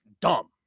dumb